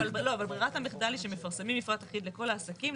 אבל ברירת המחדל היא שמפרסמים מפרט אחיד לכל העסקים,